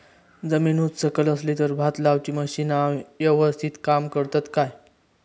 जमीन उच सकल असली तर भात लाऊची मशीना यवस्तीत काम करतत काय?